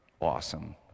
awesome